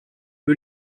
peu